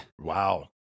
Wow